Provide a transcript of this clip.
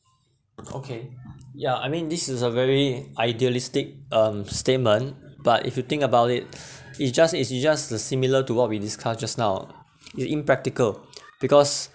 okay ya I mean this is a very idealistic um statement but if you think about it it's just it's just a similar to what we discussed just now im~ impractical because